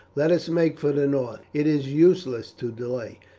let us make for the north it is useless to delay,